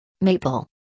Maple